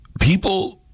People